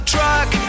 Truck